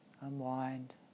unwind